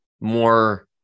more